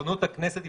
ריבונות הכנסת.